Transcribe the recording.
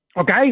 okay